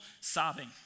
sobbing